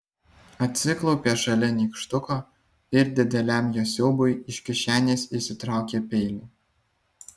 atsiklaupė šalia nykštuko ir dideliam jo siaubui iš kišenės išsitraukė peilį